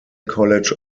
college